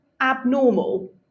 abnormal